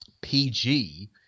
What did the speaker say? PG